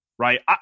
Right